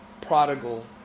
prodigal